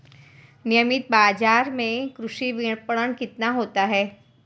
नियमित बाज़ार में कृषि विपणन कितना होता है?